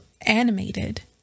animated